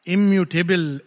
Immutable